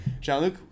Jean-Luc